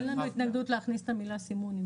אין לנו התנגדות להכניס את המילה "סימון".